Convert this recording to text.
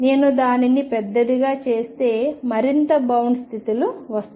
నేను దానిని పెద్దదిగా చేస్తే మరింత బౌండ్ స్థితిలు వస్తాయి